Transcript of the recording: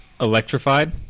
electrified